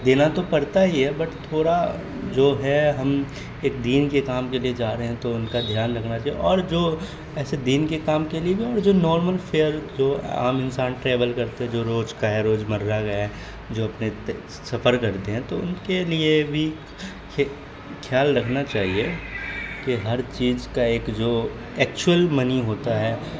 دینا تو پڑتا ہی ہے بٹ تھوڑا جو ہے ہم ایک دین کے کام کے لیے جا رہے ہیں تو ان کا دھیان رکھنا چاہیے اور جو ایسے دین کے کام کے لیے بھی اور جو نارمل فیئر جو عام انسان ٹریول کرتے ہیں جو روج کا ہے روج مرہ کا ہے جو اپنے سفر کرتے ہیں تو ان کے لیے بھی کھیال رکھنا چاہیے کہ ہر چیج کا ایک جو ایکچوئل منی ہوتا ہے